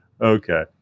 Okay